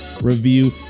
review